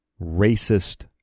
racist